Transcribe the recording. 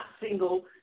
single